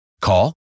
Call